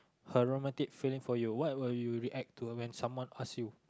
her romantic feeling for you what will you react to when someone ask you